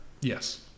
yes